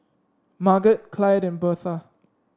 Marget Clyde and Birtha